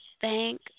thank